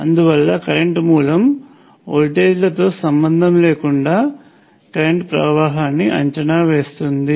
అందువల్ల కరెంట్ మూలం వోల్టేజ్లతో సంబంధం లేకుండా కరెంట్ ప్రవాహాన్ని అంచనావేస్తుంది